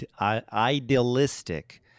idealistic—